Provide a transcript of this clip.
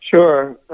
Sure